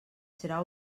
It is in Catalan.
serà